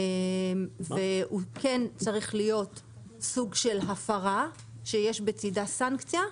והוא כן צריך להיות סוג של הפרה שיש בצידה סנקציה,